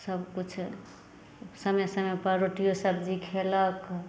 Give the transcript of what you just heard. सब किछु समय समय पर रोटियो सब्जी खेलक